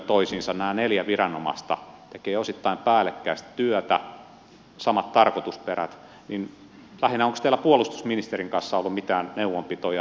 kun nämä neljä viranomaista tekevät osittain päällekkäistä työtä samat tarkoitusperät niin onko teillä lähinnä puolustusministerin kanssa ollut mitään neuvonpitoja